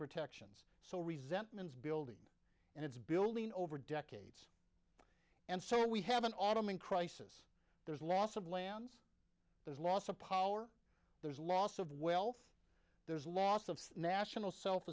protections so resentment is building and it's building over decades and so we have an autumn in crisis there's loss of lands there's loss of power there's loss of wealth there's loss of national self